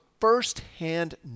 first-hand